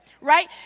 right